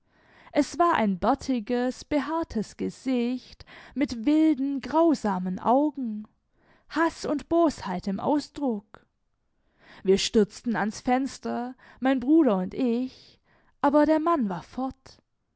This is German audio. es war ein bärtiges behaartes gesicht mit wilden grausamen augen und einem ausdruck geballter boshaftigkeit mein bruder und ich hetzten zum fenster aber der mann war fort